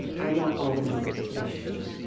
i want all the members to work together.